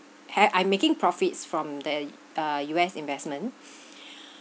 ha~ I'm making profits from the uh U_S investment